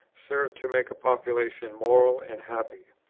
serve to make a population moral and happy.